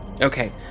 Okay